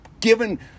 given